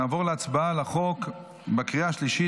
נעבור להצבעה על החוק בקריאה השלישית,